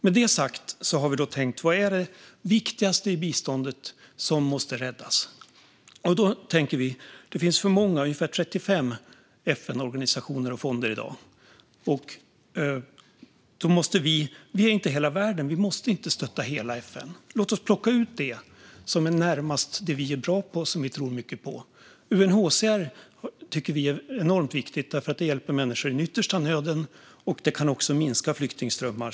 Med detta sagt har vi tänkt: Vad är det viktigaste i biståndet, som måste räddas? Vi tänker att det i dag finns för många FN-organisationer och fonder, ungefär 35. Vi är inte hela världen - vi måste inte stötta hela FN. Låt oss plocka ut det som ligger närmast det vi är bra på och tror mycket på. Att stötta UNHCR tycker vi är viktigt, för de hjälper människor i den yttersta nöden och kan också minska flyktingströmmar.